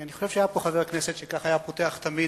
אני חושב שהיה פה חבר כנסת שכך היה פותח תמיד.